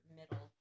middle